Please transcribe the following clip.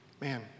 man